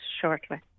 shortly